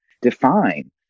define